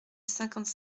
cinquante